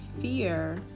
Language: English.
fear